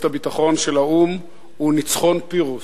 הביטחון של האו"ם הוא ניצחון פירוס.